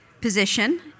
position